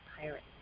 pirate